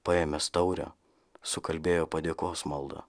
paėmęs taurę sukalbėjo padėkos maldą